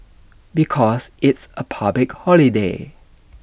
because it's A public holiday